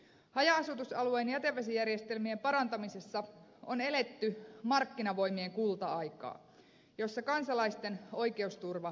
haja asutusalueen jätevesijärjestelmien parantamisessa on eletty markkinavoimien kulta aikaa jossa kansalaisten oikeusturva on kadonnut